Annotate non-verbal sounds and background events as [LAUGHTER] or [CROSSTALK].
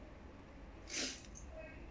[BREATH]